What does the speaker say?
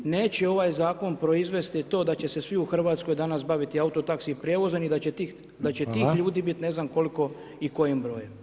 Neće ovaj zakon proizvesti to da će se svi u Hrvatskoj danas baviti auto taxi prijevozom i da će tih ljudi biti ne znam koliko i kojim brojem.